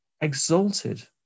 exalted